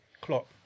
clock